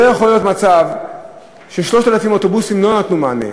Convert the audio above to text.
לא יכול להיות מצב ש-3,000 אוטובוסים לא נתנו מענה,